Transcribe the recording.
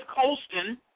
Colston